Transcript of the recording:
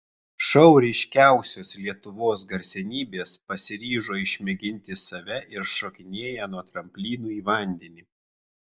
šou ryškiausios lietuvos garsenybės pasiryžo išmėginti save ir šokinėja nuo tramplinų į vandenį